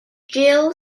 gill